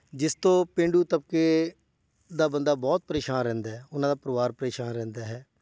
ਜਿਸ ਤੋਂ ਪੇਂਡੂ ਤਬਕੇ ਦਾ ਬੰਦਾ ਬਹੁਤ ਪਰੇਸ਼ਾਨ ਰਹਿੰਦਾ ਹੈ ਉਹਨਾਂ ਦਾ ਪਰਿਵਾਰ ਪਰੇਸ਼ਾਨ ਰਹਿੰਦਾ ਹੈ